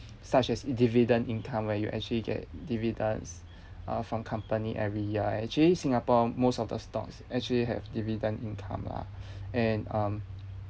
such as dividend income where you actually get dividends uh from company every ya actually singapore most of the stocks actually have dividend income lah and um